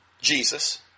Jesus